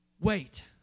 wait